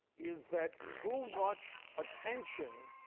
is that too much attention